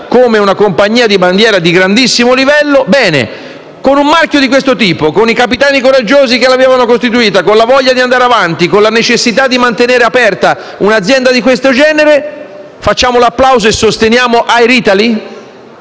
come una compagnia di bandiera di grandissimo livello). Come mai, con un marchio di questo tipo, con i capitani coraggiosi che l'avevano costituita, con la voglia di andare avanti, con la necessità di mantenere aperta un'azienda di questo genere, facciamo l'applauso e sosteniamo Air Italy?